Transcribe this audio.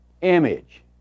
image